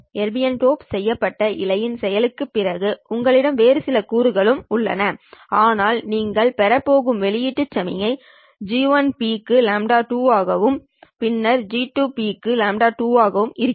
erbium dope செய்யப்பட்ட இழையின் செயலுக்குப் பிறகு உங்களிடம் வேறு சில கூறுகளும் உள்ளன ஆனால் நீங்கள் பெறப் போகும் வெளியீட்டு சமிக்ஞை G1P க்கு λ1 ஆகவும் பின்னர் G2P க்கு λ2 ஆகவும் இருக்கும்